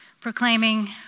proclaiming